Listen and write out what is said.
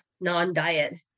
non-diet